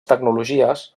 tecnologies